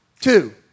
two